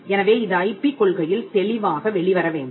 எனவே இது ஐபி கொள்கையில் தெளிவாக வெளிவர வேண்டும்